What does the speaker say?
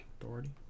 Authority